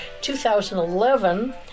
2011